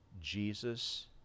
Jesus